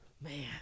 man